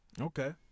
Okay